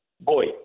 Boy